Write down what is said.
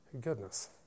Goodness